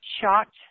shocked